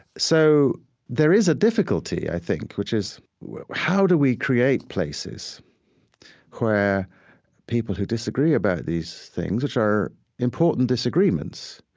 so there is a difficulty, i think, which is how do we create places where people who disagree about these things, which are important disagreements?